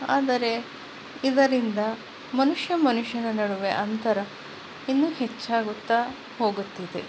ಆದರೆ ಇದರಿಂದ ಮನುಷ್ಯ ಮನುಷ್ಯನ ನಡುವೆ ಅಂತರ ಇನ್ನೂ ಹೆಚ್ಚಾಗುತ್ತಾ ಹೋಗುತ್ತಿದೆ